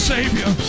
Savior